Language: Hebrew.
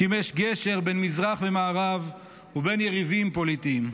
הוא שימש גשר בין מזרח ומערב ובין יריבים פוליטיים.